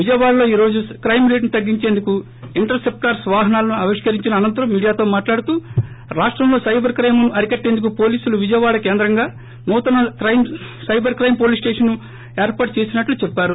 విజయవాడలో ఈ రోజు కైమ్ రేటును తగ్గించేందుకు ఇంటర్ సెప్టార్స్ వాహనాలను ఆవిష్కరించిన అనంతరం మీడియాతో మాట్లాడుతూ రాష్టంలో సైబర్ కైమ్ను అరికట్టేందుకు పోలీసులు విజయవాడ కేంద్రంగా నూతన సైబర్ కైమ్ హోలీస్ స్టేషన్ ను ఏర్పాటు చేసినట్లు చెప్పారు